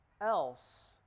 else